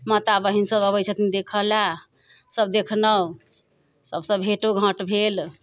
माता बहिन सभ अबै छथिन देखै लए सभ देखनौ सभसँ भेटोघाँट भेल